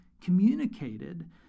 communicated